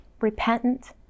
repentant